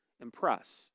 impress